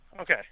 okay